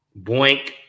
Boink